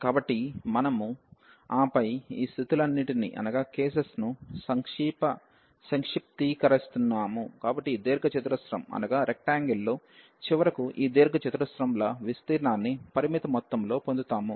కాబట్టి ఆపై మనము ఈ స్థితులన్నింటినీ సంక్షిప్తీకరిస్తున్నాము కాబట్టి ఈ దీర్ఘ చతురస్రం లు చివరకు ఈ దీర్ఘ చతురస్రం ల విస్తీర్ణాన్ని పరిమిత మొత్తంలో పొందుతాము